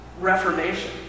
Reformation